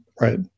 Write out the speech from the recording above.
Right